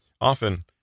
Often